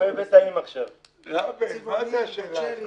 עגבניות שרי --- מה זה השאלה הזאת?